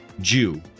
Jew